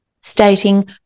stating